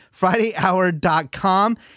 Fridayhour.com